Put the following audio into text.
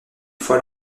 fois